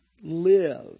live